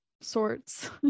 sorts